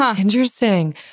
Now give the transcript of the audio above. Interesting